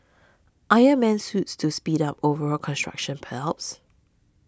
Iron Man Suits to speed up overall construction perhaps